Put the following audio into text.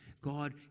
God